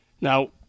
Now